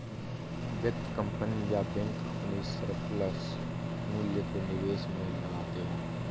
व्यक्ति, कंपनी या बैंक अपने सरप्लस मूल्य को निवेश में लगाते हैं